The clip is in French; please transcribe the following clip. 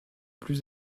plus